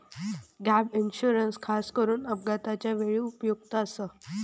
gap insurance खासकरून अपघाताच्या वेळी उपयुक्त आसा